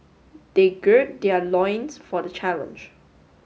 they gird their loins for the challenge